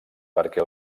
perquè